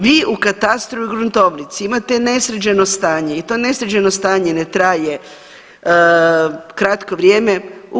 Vi u katastru i gruntovnici imate nesređeno stanje i to nesređeno stanje ne traje kratko vrijeme.